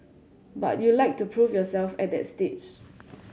but you'd like to prove yourself at that stage